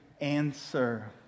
answer